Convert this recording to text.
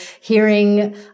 hearing